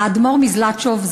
האדמו"ר מזלאטשוב,